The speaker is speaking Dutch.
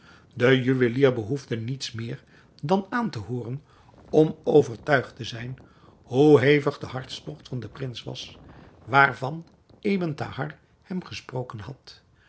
de juwelier behoefde niets meer dan aan te hooren om overtuigd te zijn hoe hevig de hartstogt van den prins was waarvan ebn thahar hem gesproken had